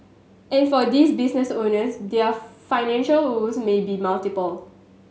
and for these business owners their financial woes may be multiple